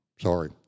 Sorry